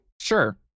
Sure